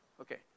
Okay